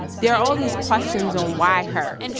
there are all these questions on, why her?